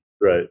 Right